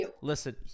listen